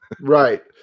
Right